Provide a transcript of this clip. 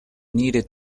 needed